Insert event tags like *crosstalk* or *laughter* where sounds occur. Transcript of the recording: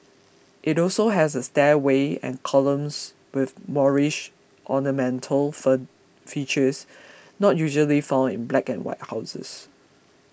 it also has a stairway and columns with Moorish ornamental *unintelligible* features not usually found in black and white houses